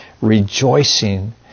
rejoicing